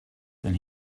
then